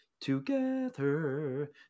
together